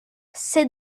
c’est